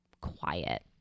quiet